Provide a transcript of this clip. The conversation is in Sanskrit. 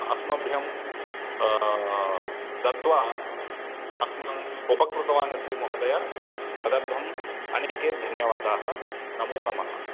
अस्मभ्यम् दत्वा अस्मान् उपकृतवान् अस्ति महोदय तदर्थम् अनेके धन्यवादाः नमो नमः